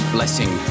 Blessing